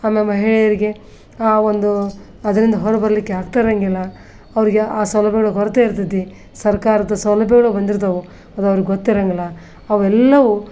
ಆಮೇಲೆ ಮಹಿಳೆಯರಿಗೆ ಆ ಒಂದು ಅದರಿಂದ ಹೊರ ಬರಲಿಕ್ಕೆ ಆಗ್ತಿರಂಗಿಲ್ಲ ಅವರಿಗೆ ಆ ಸೌಲಭ್ಯಗಳ ಕೊರತೆ ಇರ್ತೈತಿ ಸರ್ಕಾರದ ಸೌಲಭ್ಯಗಳು ಬಂದಿರ್ತವೆ ಅದು ಅವ್ರಿಗೆ ಗೊತ್ತಿರಂಗಿಲ್ಲ ಅವೆಲ್ಲವೂ